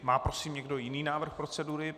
Má prosím někdo jiný návrh procedury?